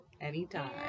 anytime